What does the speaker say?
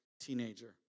teenager